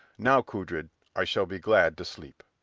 now, cudred, i shall be glad to sleep.